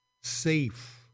Safe